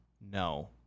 No